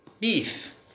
beef